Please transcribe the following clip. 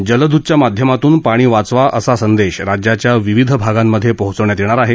जलदतच्या माध्यमातून पाणी वाचवा असा संदेश राज्याच्या विविध भागांमध्ये पोहोचवण्यात येणार आहे